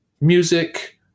music